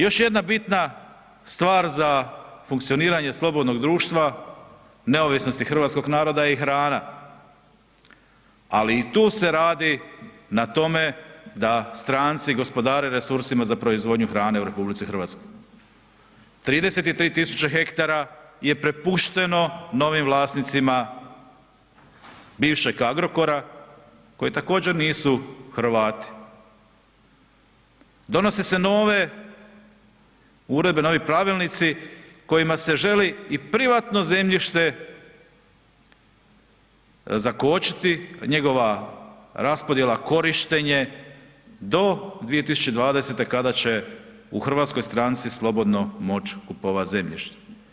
Još jedna bitna stvar za funkcioniranje slobodnog društva neovisnosti hrvatskog naroda je i hrana, ali i tu se radi na tome da stranci gospodare resursima za proizvodnju hrane u RH, 33000 hektara je prepušteno novim vlasnicima bivšeg Agrokora koji također nisu Hrvati, donose se nove uredbe, novi pravilnici kojima se želi i privatno zemljište zakočiti, njegova raspodjela, korištenje do 2020. kada će u RH stranci slobodno moć kupovat zemljište.